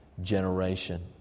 generation